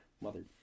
Mother